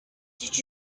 did